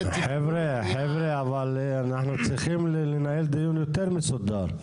חבר'ה, אבל אנחנו צריכים לנהל דיון יותר מסודר.